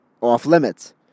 off-limits